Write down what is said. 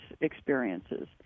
experiences